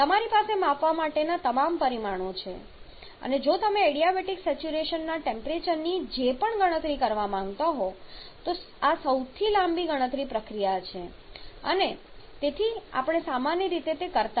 તેથી તમારી પાસે માપવા માટેના તમામ પરિમાણો છે અને જો તમે એડીયાબેટિક સેચ્યુરેશનના ટેમ્પરેચરની જે પણ ગણતરી કરવા માંગતા હો તો આ સૌથી લાંબી ગણતરી પ્રક્રિયા છે અને તેથી આપણે સામાન્ય રીતે તે રીતે નથી કરતા